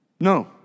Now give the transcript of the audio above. No